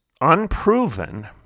unproven